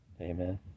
Amen